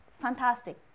fantastic